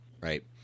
Right